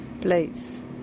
place